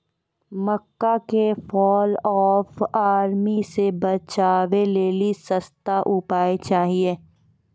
मक्का के fall of army से बचाबै लेली सस्ता उपाय चाहिए?